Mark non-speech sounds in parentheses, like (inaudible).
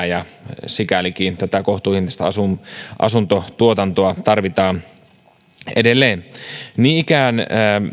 (unintelligible) ja sikälikin tätä kohtuuhintaista asuntotuotantoa tarvitaan edelleen niin ikään